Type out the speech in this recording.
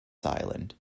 island